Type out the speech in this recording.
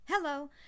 Hello